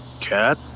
cat